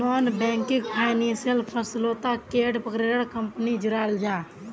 Non banking financial फसलोत कैडा प्रकारेर कंपनी जुराल जाहा?